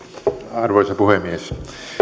arvoisa puhemies